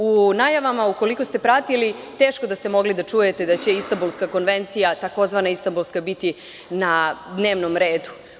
U najavama, ukoliko ste pratili, teško da ste mogli da čujete da će tzv. Istambulska konvencija biti na dnevnom redu.